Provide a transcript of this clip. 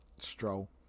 Stroll